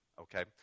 okay